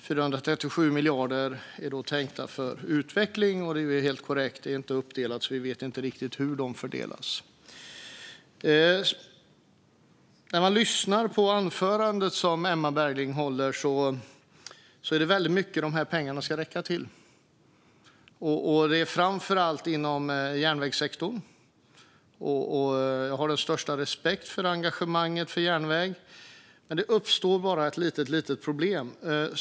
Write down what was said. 437 miljarder är då tänkta för utveckling. Det är helt korrekt att detta inte är uppdelat, så vi vet inte riktigt hur de fördelas. När man lyssnar på anförandet som Emma Berginger håller hör man att det är väldigt mycket som pengarna ska räcka till. Det är framför allt inom järnvägssektorn, och jag har den största respekt för engagemanget för järnväg. Men det uppstår bara ett litet, litet problem.